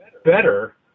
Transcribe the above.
better